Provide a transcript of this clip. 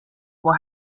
will